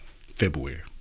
February